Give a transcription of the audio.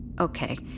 okay